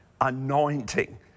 anointing